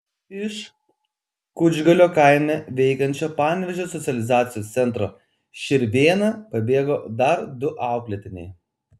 iš kučgalio kaime veikiančio panevėžio socializacijos centro širvėna pabėgo dar du auklėtiniai